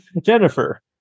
Jennifer